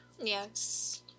yes